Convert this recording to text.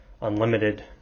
unlimited